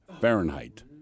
Fahrenheit